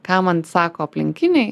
ką man sako aplinkiniai